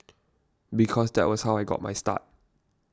because that was how I got my start